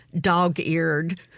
dog-eared